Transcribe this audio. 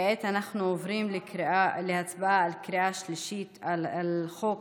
כעת אנחנו עוברים להצבעה בקריאה שלישית על הצעת חוק